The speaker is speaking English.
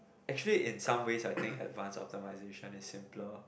actually in some way I think advance optimisation is more simpler